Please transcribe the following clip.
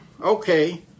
okay